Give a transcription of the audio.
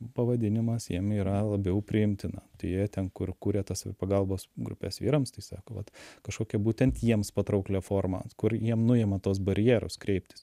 pavadinimas jiem yra labiau priimtina tai jie ten kur kuria tas savipagalbos grupes vyrams tai sako vat kažkokia būtent jiems patrauklia forma kur jiem nuima tuos barjerus kreiptis